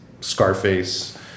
Scarface